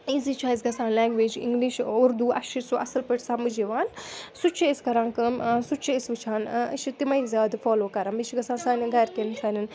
easy چھُ اَسہِ گَژھان لینٛگویج اِنٛگلِش اُردو اَسہِ چھُ سُہ اَصٕل پٲٹھۍ سَمٕجھ یِوان سُہ چھِ أسۍ کَران کٲم سُہ چھِ أسۍ وٕچھان أسۍ چھِ تِمَے زیادٕ فالو کَران مےٚ چھِ گژھان سانٮ۪ن گَرِکٮ۪ن سانٮ۪ن